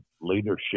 leadership